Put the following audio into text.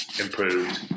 improved